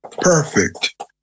Perfect